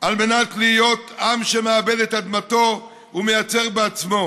על מנת להיות עם שמעבד את אדמתו ומייצר בעצמו.